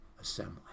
assembly